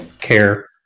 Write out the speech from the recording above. care